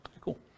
Cool